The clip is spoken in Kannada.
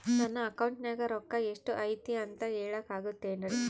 ನನ್ನ ಅಕೌಂಟಿನ್ಯಾಗ ರೊಕ್ಕ ಎಷ್ಟು ಐತಿ ಅಂತ ಹೇಳಕ ಆಗುತ್ತೆನ್ರಿ?